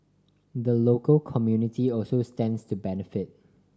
the local community also stands to benefit